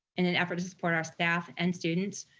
in an effort to support our staff and students,